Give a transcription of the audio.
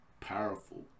powerful